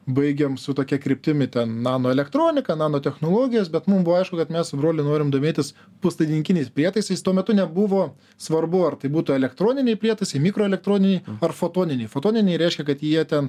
baigėm su tokia kryptimi ten nanoelektronika nanotechnologijos bet mum buvo aišku kad mes su broliu norim domėtis puslaidininkiniais prietaisais tuo metu nebuvo svarbu ar tai būtų elektroniniai prietaisai mikroelektroniniai ar fotoniniai fotoniniai reiškia kad jie ten